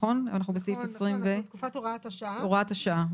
תקופת הוראת השעה.